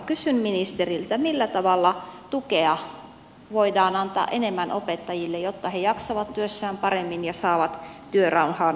kysyn ministeriltä millä tavalla tukea voidaan antaa opettajille enemmän jotta he jaksavat työssään paremmin ja saavat työrauhan luokkaansa